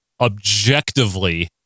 objectively